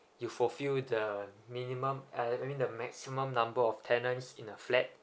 you fulfil the minimum I I mean the maximum number of tenant in a flat